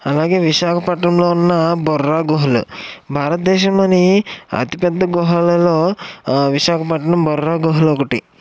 అలాగే విశాఖపట్నంలో ఉన్న బుర్ర గుహలు భారతదేశంలోని అతి పెద్ద గుహలలో విశాఖపట్నం బుర్ర గుహలు ఒకటి